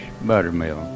buttermilk